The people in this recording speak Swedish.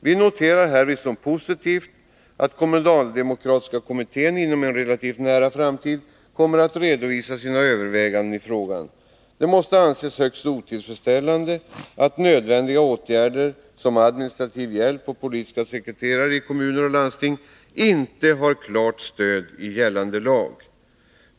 Vi noterar härvid såsom positivt att kommunaldemokratiska kommittén inom en relativt nära framtid kommer att redovisa sina överväganden i frågan. Det måste anses högst otillfredsställande att sådana nödvändigheter som administrativ hjälp och politiska sekreterare i kommuner och landsting inte har klart stöd i gällande lag.